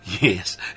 Yes